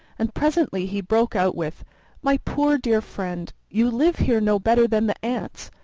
and presently he broke out with my poor dear friend, you live here no better than the ants.